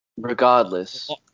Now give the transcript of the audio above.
Regardless